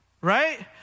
right